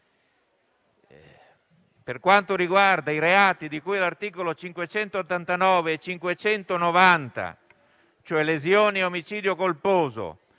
per quanto riguarda i reati di cui agli articoli 589 e 590, cioè lesioni e omicidio colposo